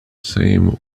same